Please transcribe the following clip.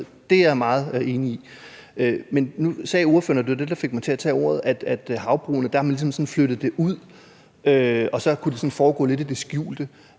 Det er jeg meget enig i. Men nu sagde ordføreren – og det var det, der fik mig til at tage ordet – at med havbrugene har man ligesom flyttet det ud, og så kunne det foregå sådan lidt i det skjulte.